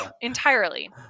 Entirely